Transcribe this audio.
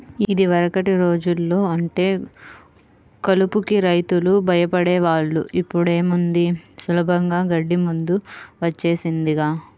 యిదివరకటి రోజుల్లో అంటే కలుపుకి రైతులు భయపడే వాళ్ళు, ఇప్పుడేముంది సులభంగా గడ్డి మందు వచ్చేసిందిగా